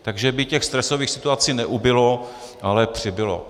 Takže by těch stresových situací neubylo, ale přibylo.